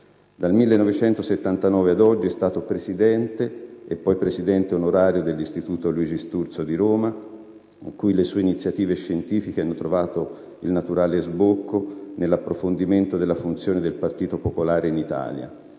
Dal 1979 ad oggi è stato Presidente e poi Presidente onorario dell'Istituto Luigi Sturzo di Roma, in cui le sue iniziative scientifiche hanno trovato il naturale sbocco nell'approfondimento della funzione del Partito popolare in Italia: